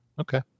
Okay